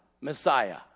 Messiah